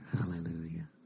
Hallelujah